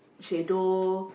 shadow